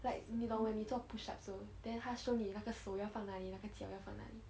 like 你懂你做 push up 时候 then 它 show 你那个手要放哪里那个脚要放哪里